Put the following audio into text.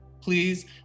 please